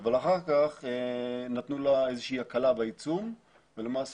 אבל אחר כך נתנו לה איזושהי הקלה בעיצום ולמעשה